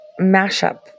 mashup